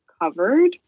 covered